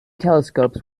telescopes